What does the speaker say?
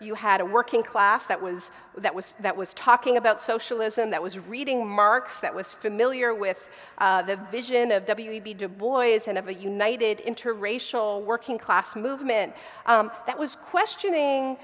you had a working class that was that was that was talking about socialism that was reading marx that was familiar with the vision of w e b dubois and of the united interracial working class movement that was questioning